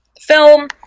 film